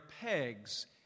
pegs